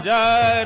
Jai